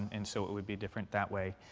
and so it would be different that way.